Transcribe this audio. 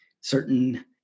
certain